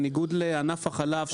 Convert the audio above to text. בניגוד לענף החלב,